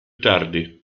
tardi